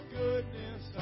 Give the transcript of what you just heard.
goodness